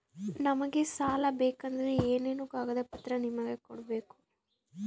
ನಮಗೆ ಸಾಲ ಬೇಕಂದ್ರೆ ಏನೇನು ಕಾಗದ ಪತ್ರ ನಿಮಗೆ ಕೊಡ್ಬೇಕು?